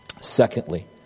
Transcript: Secondly